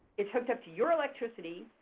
it's hooked up to your electricity,